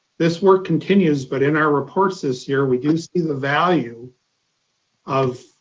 this work continues, but in our reports this year we do see the value of